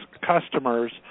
customers